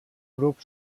grup